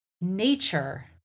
nature